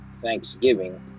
thanksgiving